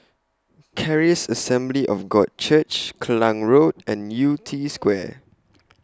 Charis Assembly of God Church Klang Road and Yew Tee Square